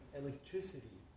electricity